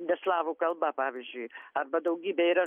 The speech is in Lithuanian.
ne slavų kalba pavyzdžiui arba daugybė yra